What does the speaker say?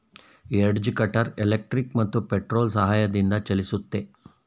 edge cutter electric ಮತ್ತು petrol ಸಹಾಯದಿಂದ ಚಲಿಸುತ್ತೆ